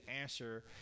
answer